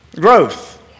Growth